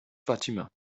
fatima